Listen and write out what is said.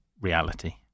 reality